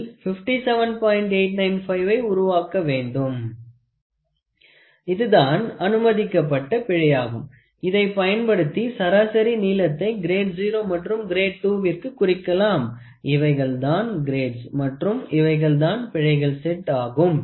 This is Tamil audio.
895 வை உருவாக்க வேண்டும் இதுதான் அனுமதிக்கப்பட்ட பிழையாகும் இதை பயன்படுத்தி சராசரி நீளத்தை கிரேட் 0 மற்றும் கிரேட் 2 விற்க்கு குறிக்கலாம் இவைகள் தான் கிரேட்ஸ் மற்றும் இவைகள் தான் பிழைகள் செட் ஆகும்